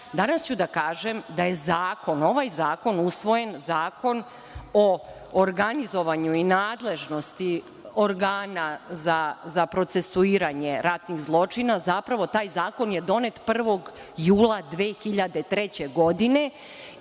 Danas ću da kažem da je ovaj zakon usvojen Zakon o organizovanju i nadležnosti organa za procesuiranje ratnih zločina, zapravo, taj zakon je donet 1. jula 2003. godine